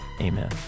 Amen